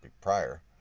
prior